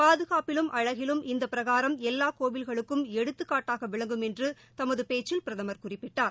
பாதுகாப்பிலும் அழகிலும் இந்தப் பிரகாரம் எல்லா கோவில்களுக்கும் எடுத்துக்காட்டாக விளங்கும் என்று தமது பேச்சில் பிரதமர் குறிப்பிட்டார்